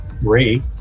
three